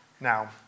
Now